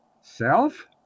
self